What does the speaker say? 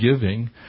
giving